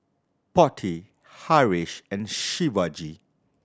Potti Haresh and Shivaji